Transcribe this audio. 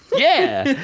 yeah.